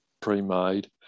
pre-made